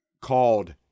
called